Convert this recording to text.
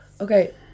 okay